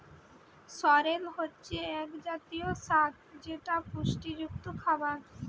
সরেল হচ্ছে এক জাতীয় শাক যেটা পুষ্টিযুক্ত খাবার